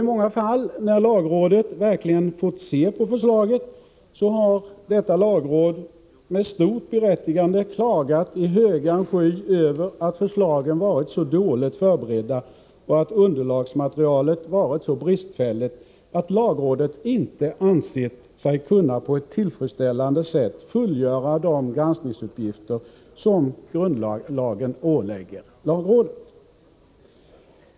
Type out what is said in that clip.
I många fall, när lagrådet verkligen fått se på förslagen, har lagrådet med stort berättigande klagat i högan sky över att förslagen varit så dåligt förberedda och underlagsmaterialet så bristfälligt att lagrådet inte ansett sig kunna på ett tillfredsställande sätt fullgöra de granskningsuppgifter som grundlagen ålägger lagrådet.